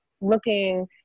looking